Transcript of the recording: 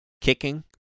kicking